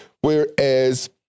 whereas